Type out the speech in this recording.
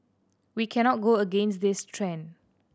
we cannot go against this trend